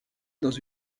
dans